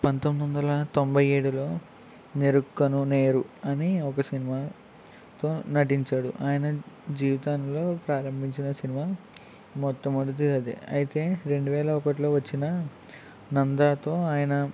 పంతొమ్మిది వందల తొంభై ఏడులో నెరుక్కను నేరు అని ఒక సినిమా తో నటించాడు ఆయన జీవితంలో ప్రారంభించిన సినిమా మొట్టమొదటిది అదే అయితే రెండు వేల ఒకటిలో వచ్చిన నందాతో ఆయన